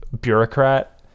bureaucrat